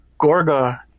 Gorga